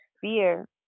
fear